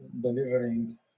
delivering